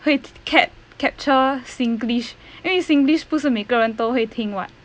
会 cap~ capture singlish 因为 singlish 不是每个人都会听 what